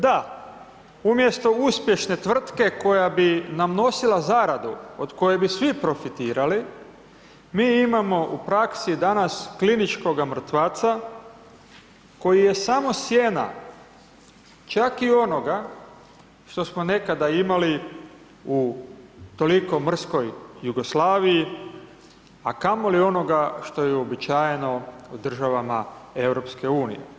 Da, umjesto uspješne tvrtke koja bi nam nosila zaradu, od koje bi svi profitirali, mi imamo u praksi danas kliničkoga mrtvaca koji je samo sjena, čak i onoga što smo nekada imali u toliko mrskoj Jugoslaviji, a kamoli onoga što je uobičajeno u državama EU.